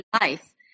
life